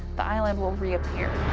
the island will reappear.